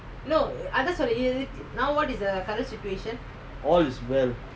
all is well